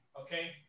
okay